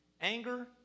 anger